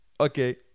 Okay